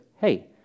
hey